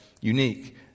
Unique